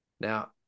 Now